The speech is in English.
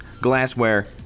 glassware